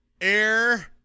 air